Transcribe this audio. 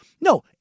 No